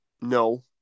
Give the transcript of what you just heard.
No